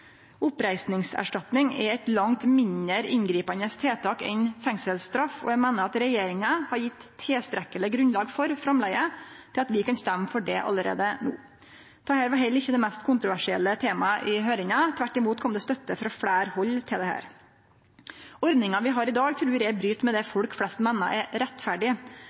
Oppreisningserstatning er eit langt mindre inngripande tiltak enn fengselsstraff, og eg meiner at regjeringa har gjeve tilstrekkeleg grunnlag for framlegget til at vi kan stemme for det allereie no. Dette var heller ikkje det mest kontroversielle temaet i høyringa, tvert imot kom det støtte frå fleire hald til dette. Ordninga vi har i dag, trur eg bryt med det folk flest meiner er rettferdig.